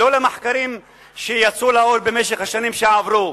לא למחקרים שיצאו לאור במשך השנים שעברו.